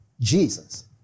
Jesus